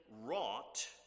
wrought